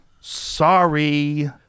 sorry